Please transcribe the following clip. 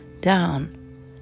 down